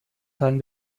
teilen